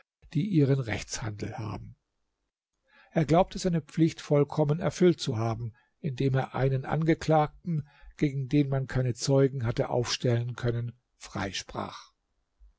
die ihren rechtshandel haben er glaubte seine pflicht vollkommen erfüllt zu haben indem er einen angeklagten gegen den man keine zeugen hatte aufstellen können